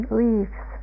leaves